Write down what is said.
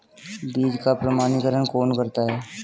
बीज का प्रमाणीकरण कौन करता है?